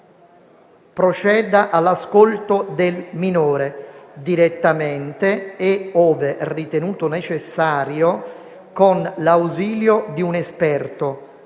proceda all'ascolto del minore, direttamente e ove ritenuto necessario con l'ausilio di un esperto,